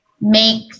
make